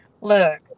Look